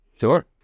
Sure